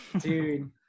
Dude